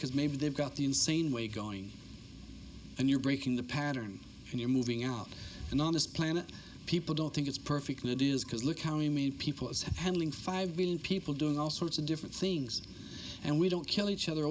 because maybe they've got the insane way going and you're breaking the pattern and you're moving out and on this planet people don't think it's perfectly it is because look how you mean people is handling five billion people doing all sorts of different things and we don't kill each other